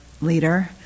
leader